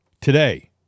today